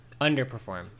Underperform